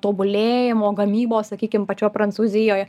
tobulėjimo gamybos sakykim pačioj prancūzijoj